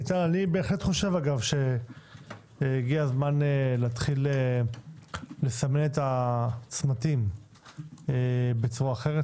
אני חושב שהגיע הזמן להתחיל לסמן את הצמתים בצורה אחרת.